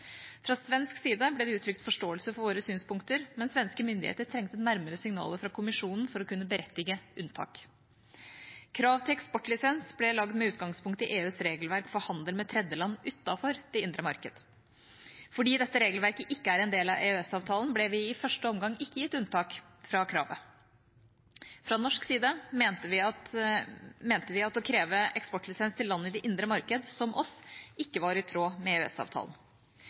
Fra svensk side ble det uttrykt forståelse for våre synspunkter, men svenske myndigheter trengte nærmere signaler fra Kommisjonen for å kunne berettige unntak. Krav til eksportlisens ble laget med utgangspunkt i EUs regelverk for handel med tredjeland utenfor det indre marked. Fordi dette regelverket ikke er en del av EØS-avtalen, ble vi i første omgang ikke gitt unntak fra kravet. Fra norsk side mente vi at det å kreve eksportlisens til land i det indre marked, som oss, ikke var i tråd med